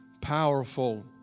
powerful